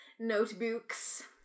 Notebooks